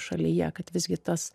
šalyje kad visgi tas